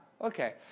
okay